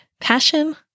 Passion